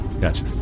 gotcha